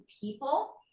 people